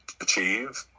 achieve